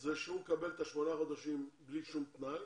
הוא שהוא מקבל את שמונת החודשים בלי כל תנאי,